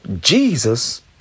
Jesus